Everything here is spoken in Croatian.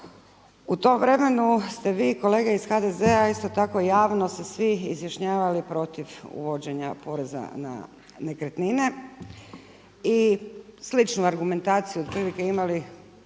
U tom vremenu ste vi, kolege iz HDZ-a, isto tako javno se svi izjašnjavali protiv uvođenja poreza na nekretnine. I sličnu argumentaciju otprilike imali